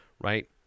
right